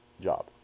job